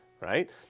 right